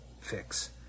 fix